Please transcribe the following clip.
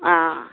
ஆ